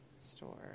store